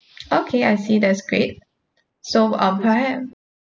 okay I see that's great so um perhaps